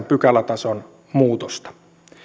pykälätason muutosta